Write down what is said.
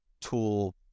tool